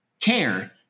care